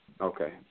Okay